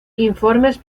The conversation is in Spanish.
informes